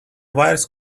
wires